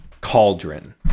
cauldron